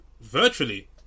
virtually